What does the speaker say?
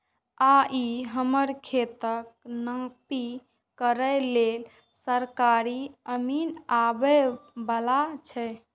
आइ हमर खेतक नापी करै लेल सरकारी अमीन आबै बला छै